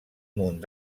munt